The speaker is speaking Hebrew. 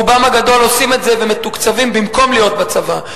רובם הגדול עושים את זה ומתוקצבים במקום להיות בצבא.